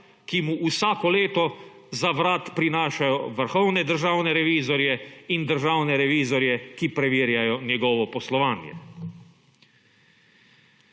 ki mu vsako leto za vrat prinašajo vrhovne državne revizorje in državne revizorje, ki preverjajo njegovo poslovanje.